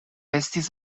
estis